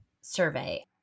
survey